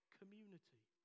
community